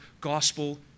gospel